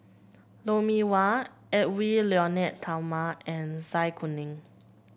Lou Mee Wah Edwy Lyonet Talma and Zai Kuning